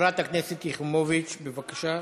חברת הכנסת יחימוביץ, בבקשה.